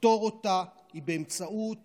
לפתור אותה היא באמצעות